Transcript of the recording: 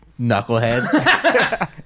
knucklehead